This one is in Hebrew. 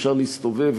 ואפשר להסתובב,